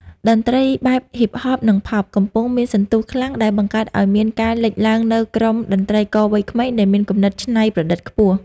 តន្ត្រីបែប Hip-Hop និង Pop កំពុងមានសន្ទុះខ្លាំង ដែលបង្កើតឱ្យមានការលេចឡើងនូវក្រុមតន្ត្រីករវ័យក្មេងដែលមានគំនិតច្នៃប្រឌិតខ្ពស់។